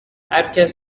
هرکس